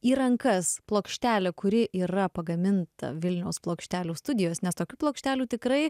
į rankas plokštelė kuri yra pagaminta vilniaus plokštelių studijos nes tokių plokštelių tikrai